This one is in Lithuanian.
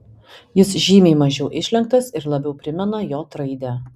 jis žymiai mažiau išlenktas ir labiau primena j raidę